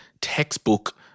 textbook